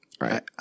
Right